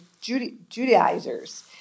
Judaizers